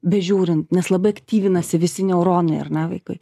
bežiūrint nes labai aktyvinasi visi neuronai ar ne vaikui